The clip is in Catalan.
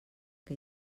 que